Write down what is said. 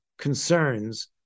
concerns